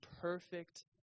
Perfect